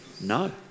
No